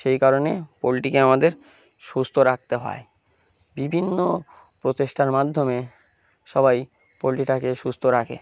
সেই কারণে পোলট্রিকে আমাদের সুস্থ রাখতে হয় বিভিন্ন প্রচেষ্টার মাধ্যমে সবাই পোলট্রিটাকে সুস্থ রাখে